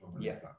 yes